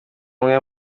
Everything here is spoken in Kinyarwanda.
umwe